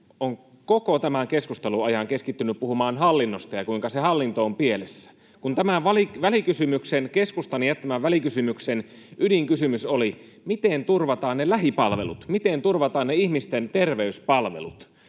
on koko tämän keskustelun ajan keskittynyt puhumaan hallinnosta ja kuinka se hallinto on pielessä, kun tämän keskustan jättämän välikysymyksen ydinkysymys oli, miten turvataan ne lähipalvelut, miten turvataan ne ihmisten terveyspalvelut,